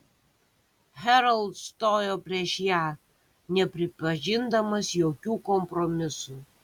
herald stojo prieš ją nepripažindamas jokių kompromisų